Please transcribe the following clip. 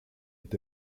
est